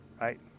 right